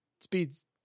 Speed's